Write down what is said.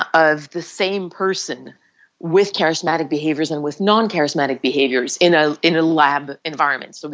ah of the same person with charismatic behaviors and with non-charismatic behaviors in ah in a lab environment. so